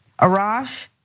Arash